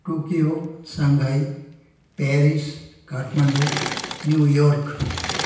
Tokyo Shanghai Paris Kathmandu New York